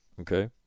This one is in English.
Okay